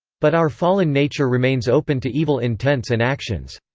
but our fallen nature remains open to evil intents and actions.